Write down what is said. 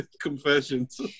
confessions